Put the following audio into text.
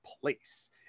place